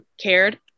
cared